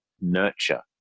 nurture